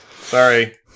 Sorry